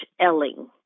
Elling